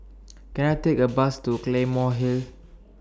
Can I Take A Bus to Claymore Hill